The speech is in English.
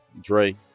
Dre